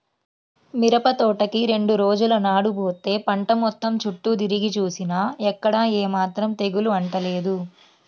మిరపతోటకి రెండు రోజుల నాడు బోతే పంట మొత్తం చుట్టూ తిరిగి జూసినా ఎక్కడా ఏమాత్రం తెగులు అంటలేదు